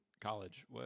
college